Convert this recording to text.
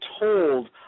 told